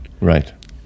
Right